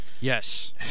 Yes